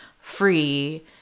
free